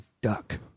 duck